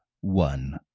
one